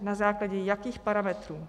Na základě jakých parametrů?